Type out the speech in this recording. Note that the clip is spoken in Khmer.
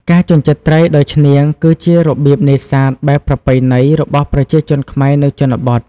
ការជញ្ជាត់ត្រីដោយឈ្នាង គឺជារបៀបនេសាទបែបប្រពៃណីរបស់ប្រជាជនខ្មែរនៅជនបទ។